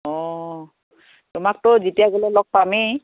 অঁ তোমাকতো যেতিয়া গ'লেও লগ পামেই